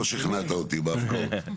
פה שכנעת אותי בהפקעות.